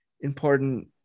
important